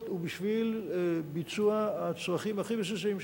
ובשביל ביצוע הצרכים הכי בסיסיים שלך,